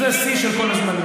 וזה שיא של כל הזמנים.